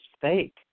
fake